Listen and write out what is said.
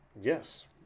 Yes